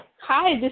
Hi